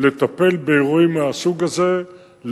לטפל באירועים מהסוג הזה,